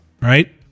right